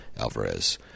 Alvarez